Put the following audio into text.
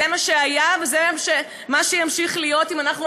זה מה שהיה וזה מה שימשיך להיות אם אנחנו